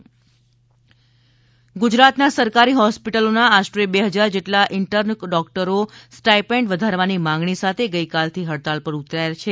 intern doctor ફડતાળ ગુજરાતના સરકારી હોસ્પિટલોના આશરે બે હજાર જેટલા ઇન્ટર્ન ડોકટરો સ્ટાઈપેન્ડ વધારવાની માગણી સાથે ગઇકાલથી હડતાળ ઉપર ઉતાર્યા છે